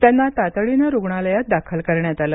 त्यांना तातडीनं रुग्णालयात दाखल करण्यात आलं